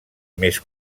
més